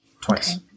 twice